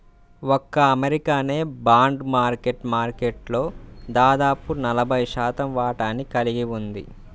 ఒక్క అమెరికానే bond market మార్కెట్లో దాదాపు నలభై శాతం వాటాని కలిగి ఉంది